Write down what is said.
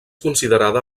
considerada